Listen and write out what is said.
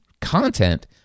content